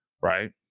right